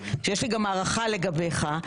ויש לי גם הערכה אליך,